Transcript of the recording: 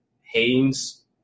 Haynes